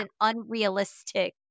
unrealistic